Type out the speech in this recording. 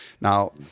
Now